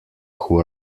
who